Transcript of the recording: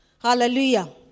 Hallelujah